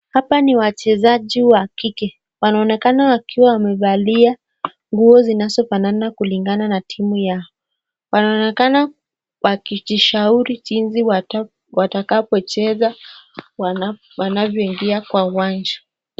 Hapa ni wachezaji wa kike wanaonekana wakiwa wamevalia nguo zinazofanana kulingana na timu yao, wanaonekana wakijishauri jinsi watakapocheza wanapoingia kwa uwanja.